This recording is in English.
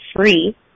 free